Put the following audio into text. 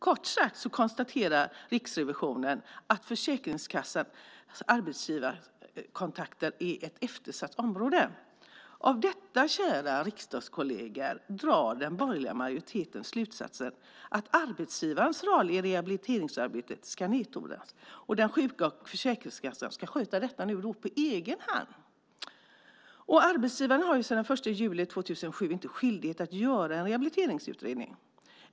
Kort sagt konstaterar Riksrevisionen att Försäkringskassans arbetsgivarkontakter är ett eftersatt område. Av detta, kära riksdagskolleger, drar den borgerliga majoriteten slutsatsen att arbetsgivarens roll i rehabiliteringsarbetet ska nedtonas. Den sjuke och Försäkringskassan ska sköta detta på egen hand. Arbetsgivarna är sedan den 1 juli 2007 inte längre skyldiga att göra en rehabiliteringsutredning.